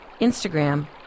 Instagram